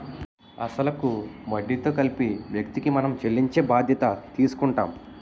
అసలు కు వడ్డీతో కలిపి వ్యక్తికి మనం చెల్లించే బాధ్యత తీసుకుంటాం